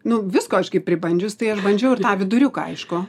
nu visko aš kai pribandžius tai aš bandžiau ir tą viduriuką aišku